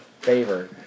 favor